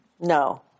No